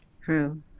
True